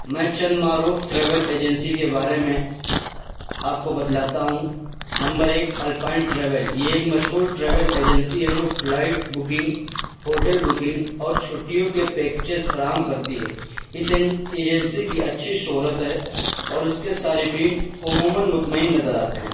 میں چند معروف ٹریول ایجنسی کے بارے میں آپ کو بتلاتا ہوں نمبر ایک الپانٹ ٹریول یہ ایک مشہور ٹریول ایجنسی ہے جو فلائٹ بکنگ ہوٹل بکنگ اور چھٹیوں کے پیکیچیس فراہم کرتی ہے ایجنسی کی اچھی شہرت ہے اور اس کے صارفین عموماً مطمئن نظر آتے ہیں